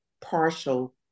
partial